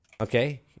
okay